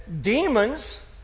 demons